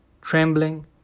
trembling